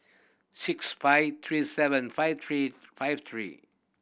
six five three seven five three five three